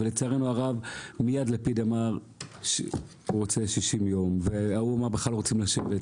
לצערנו הרב מיד לפיד אמר שהוא רוצה 60 ימים וההוא אמר שלא רוצים לשבת.